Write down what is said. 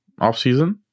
offseason